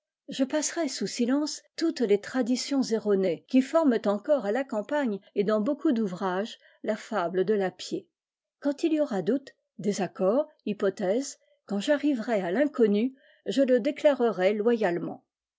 je passerai sous silence toutes les traditions erronées qui forment encore à la campagne et dans beaucoup d ouvrages la fable de l'apier quand il y aura doute désaccord hypothèse quand j'arriverai à tinconnur je le déclarerai loyalement